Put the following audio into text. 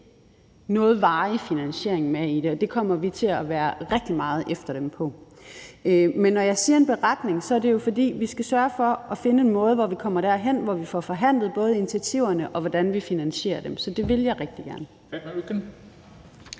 noget varig finansiering med i det, og det kommer vi til at være rigtig meget efter dem på. Men når jeg taler om en beretning, er det jo, fordi vi skal sørge for at finde en måde, hvorpå vi kommer derhen, hvor vi får forhandlet både initiativerne, og hvordan vi finansierer dem, så det vil jeg rigtig gerne.